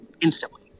instantly